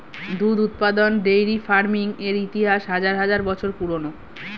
দুধ উৎপাদন dairy farming এর ইতিহাস হাজার হাজার বছর পুরানো